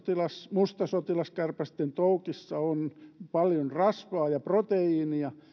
mustasotilaskärpästen toukissa on paljon rasvaa ja proteiinia